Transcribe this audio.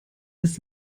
ist